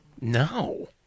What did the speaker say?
No